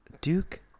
Duke